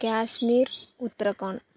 Kashmir Uttarakhand